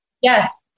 Yes